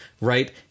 right